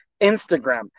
Instagram